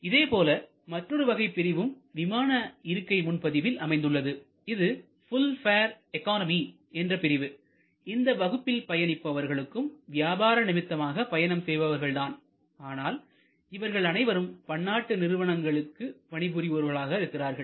இதேபோல மற்றொரு வகை பிரிவும் விமான இருக்கை முன் பதிவில் அமைந்துள்ளது இது ஃபுல் பேர் எக்கானமி என்ற பிரிவு இந்த வகுப்பில் பயணிப்பவர்களும் வியாபார நிமித்தமாக பயணம் செய்பவர்கள் தான் ஆனால் இவர்கள் அனைவரும் பன்னாட்டு நிறுவனங்களில் பணிபுரிவோர்களாக இருக்கிறார்கள்